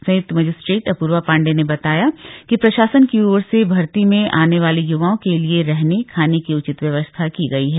संयुक्त मजिस्ट्रेट अपूर्वा पांडेय ने कहा कि प्रशासन की ओर से भर्ती में आने वाले युवाओं के लिए रहने खाने की उचित व्यवस्था की गई है